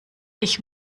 ich